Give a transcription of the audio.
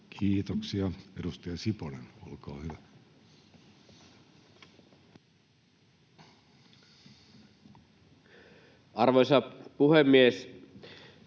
Kiitoksia. — Edustaja Siponen, olkaa hyvä. [Speech